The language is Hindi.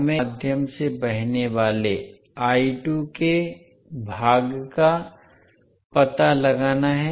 हमें इंडक्टर के माध्यम से बहने वाले के भाग का पता लगाना है